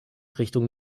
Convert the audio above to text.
richtung